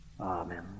Amen